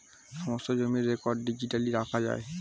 সমস্ত জমির record digitally রাখা যায়